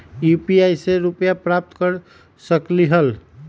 UPI से रुपए प्राप्त कर सकलीहल?